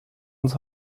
uns